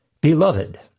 Beloved